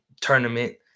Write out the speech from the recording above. tournament